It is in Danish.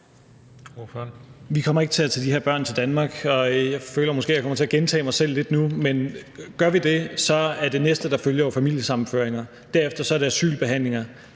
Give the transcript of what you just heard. Vi kommer ikke til at tage de her børn til Danmark, og jeg føler måske, at jeg nu kommer til at gentage mig selv lidt, men gør vi det, er det næste, der følger, jo familiesammenføringer. Derefter er det asylbehandlinger.